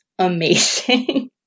amazing